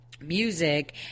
Music